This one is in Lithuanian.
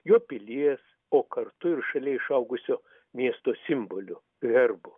jo pilies o kartu ir šalia išaugusio miesto simboliu herbu